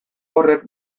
horrek